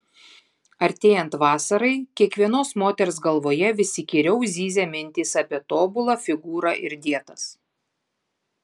artėjant vasarai kiekvienos moters galvoje vis įkyriau zyzia mintys apie tobulą figūrą ir dietas